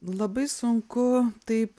labai sunku taip